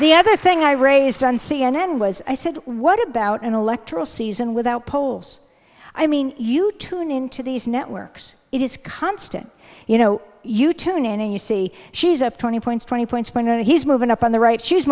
the other thing i raised on c n n was i said what about an electoral season without polls i mean you tune into these networks it is constant you know you tune in and you see she's up twenty points twenty points minute he's moving up on the right she's